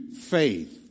faith